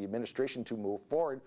administration to move forward